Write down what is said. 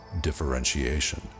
differentiation